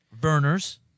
burners